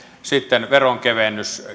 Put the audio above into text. sitten veronkevennystä